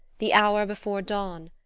the hour before dawn,